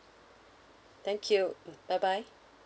thank you mm bye bye